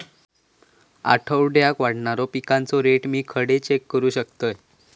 आठवड्याक वाढणारो पिकांचो रेट मी खडे चेक करू शकतय?